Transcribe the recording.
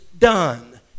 Done